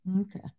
Okay